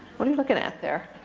what are you looking at there?